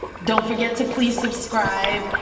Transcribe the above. don't forget to please subscribe,